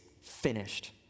finished